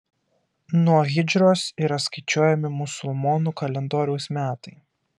nuo hidžros yra skaičiuojami musulmonų kalendoriaus metai